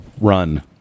run